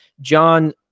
John